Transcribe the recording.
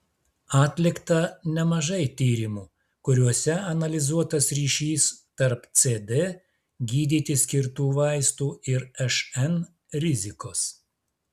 atlikta nemažai tyrimų kuriuose analizuotas ryšys tarp cd gydyti skirtų vaistų ir šn rizikos